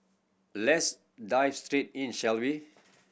let's dive straight in shall we